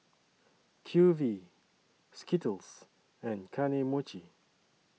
Q V Skittles and Kane Mochi